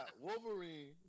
Wolverine